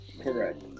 correct